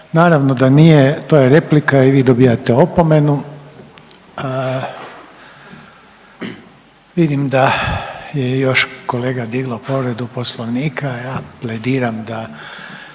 Naravno da nije, to je replika i vi dobivate opomenu. Vidim da je još kolega diglo povredu Poslovnika, ja plediram da